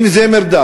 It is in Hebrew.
האם זה מרדף?